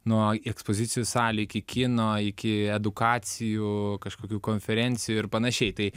nuo ekspozicijų salių iki kino iki edukacijų kažkokių konferencijų ir panašiai tai